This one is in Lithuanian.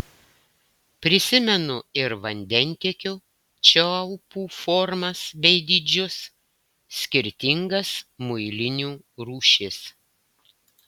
prisimenu ir vandentiekio čiaupų formas bei dydžius skirtingas muilinių rūšis